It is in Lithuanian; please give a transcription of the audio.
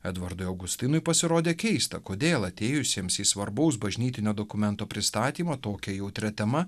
edvardui augustinui pasirodė keista kodėl atėjusiems į svarbaus bažnytinio dokumento pristatymą tokia jautria tema